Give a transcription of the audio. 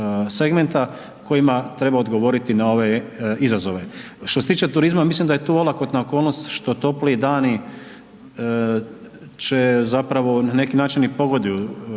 segmenta kojima treba odgovoriti na ove izazove. Što se tiče turizma, mislim da je tu olakotna okolnost što topliji dani, će zapravo na neki način i pogoduju